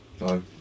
No